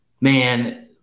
man